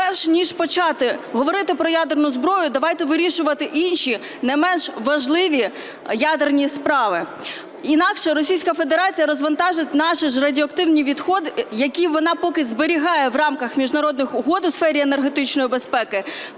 перш ніж почати говорити про ядерну зброю, давайте вирішувати інші, не менш важливі ядерні справи, інакше Російська Федерація розвантажить наші ж радіоактивні відходи, які вона поки зберігає в рамках міжнародних угод у сфері енергетичної безпеки